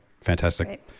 fantastic